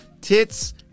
tits